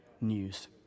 news